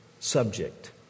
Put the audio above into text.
subject